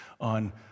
on